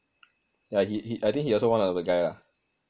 yah I think he also one of the guy lah